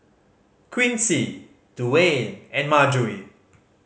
Quincy Dewayne and Margery